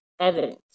Evidence